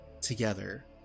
together